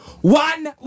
One